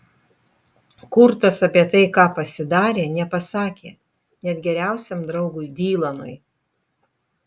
kurtas apie tai ką pasidarė nepasakė net geriausiam draugui dylanui